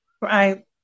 Right